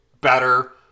better